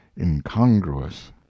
incongruous